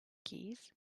keys